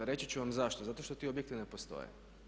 Reći ću vam zašto, zato što ti objekti ne postoje.